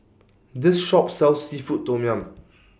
This Shop sells Seafood Tom Yum